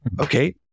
Okay